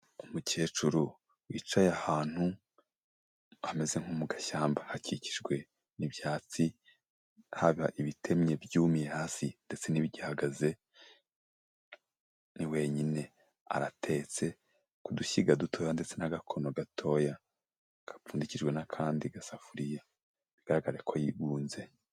Umukecuru wicaye ahantu ameze nko mu gashyamba hakikijwe n'ibyatsi haba ibitemye byumimye hasi ndetse n'ibigihagaze ni wenyine, aratetse kudushyiga dutoya ndetse n'agakono gatoya kapfundikijwe n'akandi gasafuriya bigaragara ko yigunze.